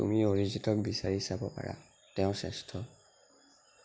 তুমি অৰিজিতক বিচাৰি চাব পাৰা তেওঁ শ্ৰেষ্ঠ